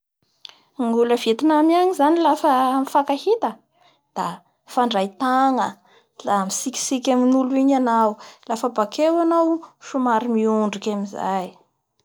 E e. Da maro aza ny fotoran'olo a Bangladesy angny da tena maro samy mana ny fombany ao ny olo manafomba animiste zao ka, ao koa ny olo boudaiste ka ao ny Indou ka, ao misimany ka fikambanan'ny ireo aby zay ro mamaro ny kolontsolontsain'olo amignanagy